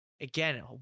again